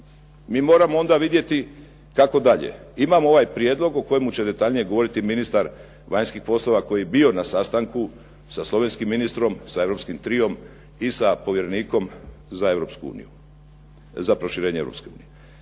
mi moramo onda vidjeti kako dalje. Imamo ovaj prijedlog o kojemu će detaljnije govoriti ministar vanjskih poslova koji je bio na sastanku sa slovenskim ministrom, sa europskim triom i sa povjerenikom za Europsku uniju,